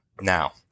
Now